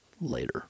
later